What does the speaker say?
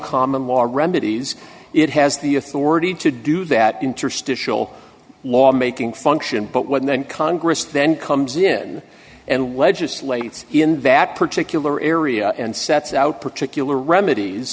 common law remedies it has the authority to do that interstitial law making function but when then congress then comes in and legislate in that particular area and sets out particular remedies